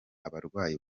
abarwayi